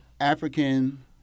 African